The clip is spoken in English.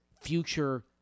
future